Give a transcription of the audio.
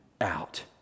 out